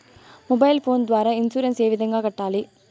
mobile phone ద్వారా insurance ఏ విధంగా కట్టాలి